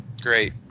Great